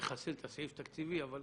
לחסל את הסעיף התקציבי, אבל